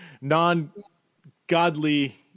non-godly –